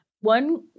One